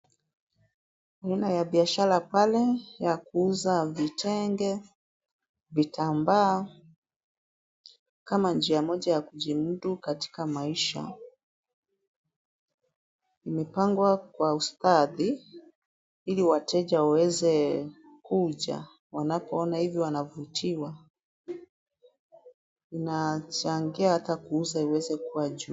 Aina ya biashara pale ya kuuza vitenge, vitambaa kama njia moja ya kujimudu katika maisha. Imepangwa kwa ustadi ili wateje waweze kuja, wanapoona hivyo wanavutiwa. Inachangia hata kuuza iweze kuwa juu.